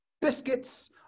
biscuits